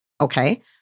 Okay